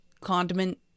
condiment